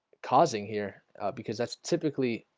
causing here because that's typically